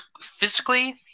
physically